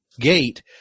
gate